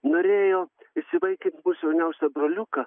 norėjo įsivaikint mūsų jauniausią broliuką